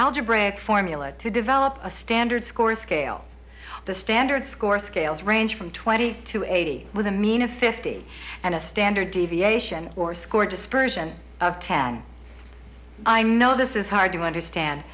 algebraic formula to develop a standard score scale the standard score scales range from twenty to eighty with a mean a fifty and a standard deviation or score dispersion of ten i know this is hard to understand